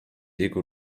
jego